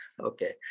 Okay